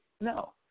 No